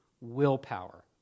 willpower